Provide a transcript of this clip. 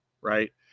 right